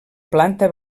planta